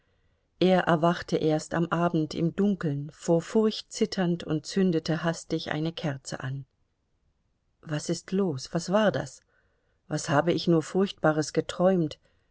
er erwachte erst am abend im dunkeln vor furcht zitternd und zündete hastig eine kerze an was ist los was war das was habe ich nur furchtbares geträumt